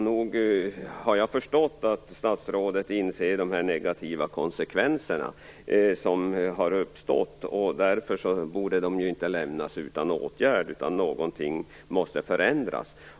Nog har jag förstått att statsrådet inser de negativa konsekvenser som har uppstått. Därför borde inte detta lämnas utan åtgärd, utan någonting måste förändras.